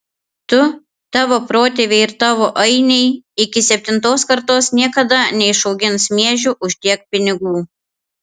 tu tavo protėviai ir tavo ainiai iki septintos kartos niekada neišaugins miežių už tiek pinigų